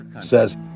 says